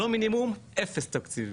לא מינימום, אפס תקציב בינוי.